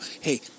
Hey